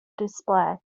display